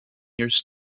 years